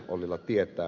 ollila tietää